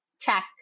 check